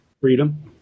Freedom